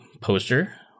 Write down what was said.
poster